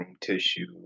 tissue